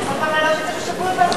אתה יכול גם להעלות את זה בשבוע הבא,